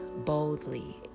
boldly